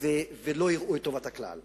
ולא יראו את טובת הכלל.